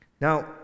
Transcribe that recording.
Now